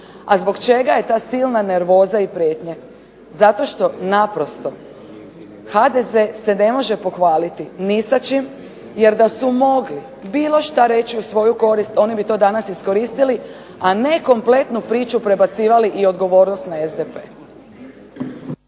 A zbog čega je ta silna nervoza i prijetnja? Zato što naprosto HDZ se ne može pohvaliti ni sa čim jer da su mogli bilo što reći u svoju korist oni bi to danas iskoristili, a ne kompletnu priču prebacivali i odgovornost na SDP.